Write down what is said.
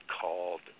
called